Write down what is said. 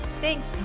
Thanks